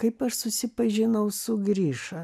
kaip aš susipažinau su gryša